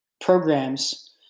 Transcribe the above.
programs